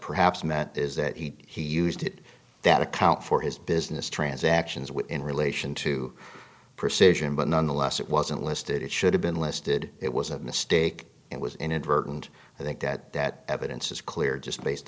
perhaps matt is that he used it that account for his business transactions with in relation to perception but nonetheless it wasn't listed it should have been listed it was a mistake it was inadvertent i think that that evidence is clear just based